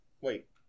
Wait